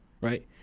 right